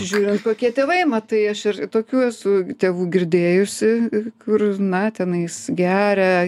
žiūrint kokie tėvai matai aš ir tokių esu tėvų girdėjusi kur na tenais geria